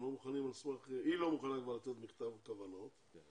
הם לא מוכנים על סמך היא לא מוכנה לתת מכתב כוונות --- כן,